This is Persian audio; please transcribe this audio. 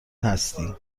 هستی